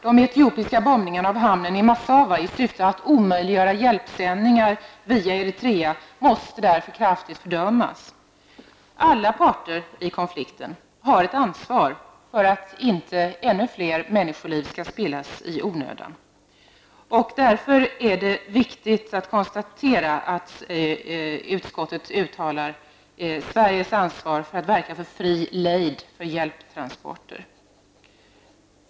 De etiopiska bombningarna av hamnen i Massawa i syfte att omöjliggöra hjälpsändningar via Eritrea måste därför kraftigt fördömas. Alla parter i konflikten har ett ansvar för att inte ännu fler människoliv skall spillas i onödan. Därför är det viktigt att konstatera att utskottet understryker Sveriges ansvar att verka för fri lejd när det gäller hjälptransporter.